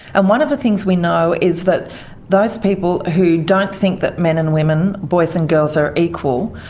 and one of the things we know is that those people who don't think that men and women, boys and girls are equal,